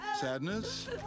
Sadness